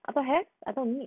I thought have I thought mute